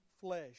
flesh